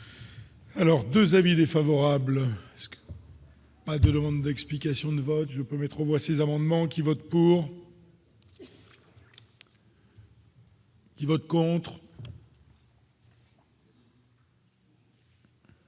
Alors 2 avis défavorables, ce que. Pas de demandes d'explications de vote, je peux mettre aux voix, ces amendements qui vote pour. Qui vote contre.